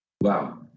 wow